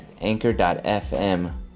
anchor.fm